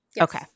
Okay